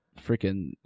freaking